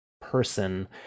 person